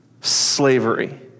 slavery